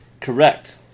Correct